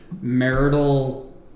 marital